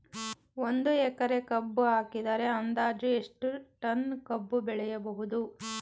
ಒಂದು ಎಕರೆ ಕಬ್ಬು ಹಾಕಿದರೆ ಅಂದಾಜು ಎಷ್ಟು ಟನ್ ಕಬ್ಬು ಬೆಳೆಯಬಹುದು?